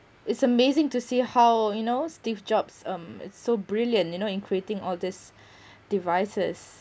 it's amazing to see how you know steve jobs um is so brilliant you know in creating all these devices